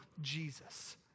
Jesus